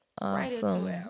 Awesome